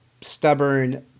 stubborn